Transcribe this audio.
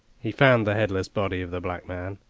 he found the headless body of the black man,